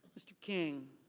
mr. king.